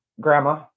grandma